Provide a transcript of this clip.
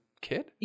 kid